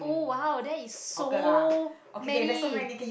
!oh wow! that is so many